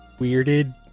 weirded